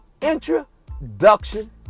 introduction